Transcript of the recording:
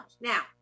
Now